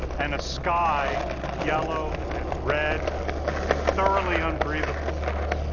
and a sky yellow and red and thoroughly unbreathable to us.